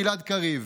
גלעד קריב: